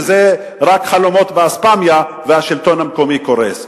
שזה רק חלומות באספמיה, והשלטון המקומי קורס.